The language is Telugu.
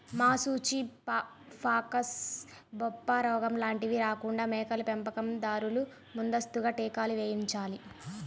మశూచి, ఫాక్స్, బొబ్బరోగం లాంటివి రాకుండా మేకల పెంపకం దారులు ముందస్తుగా టీకాలు వేయించాలి